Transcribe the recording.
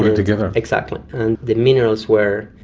together. exactly, and the minerals were,